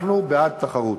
אנחנו בעד תחרות.